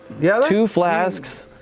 yeah two flasks,